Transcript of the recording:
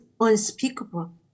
unspeakable